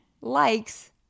Likes